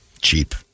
Cheap